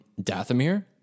Dathomir